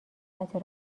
قطع